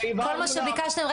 כל מה שביקשתם נכון.